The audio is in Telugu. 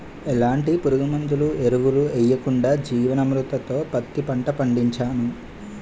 ఎలాంటి పురుగుమందులు, ఎరువులు యెయ్యకుండా జీవన్ అమృత్ తో పత్తి పంట పండించాను